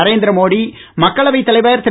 நரேந்திர மோடி மக்களவைத் தலைவர் திரு